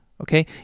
Okay